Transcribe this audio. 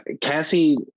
Cassie